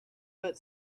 but